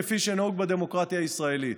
כפי שנהוג בדמוקרטיה הישראלית.